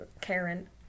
Karen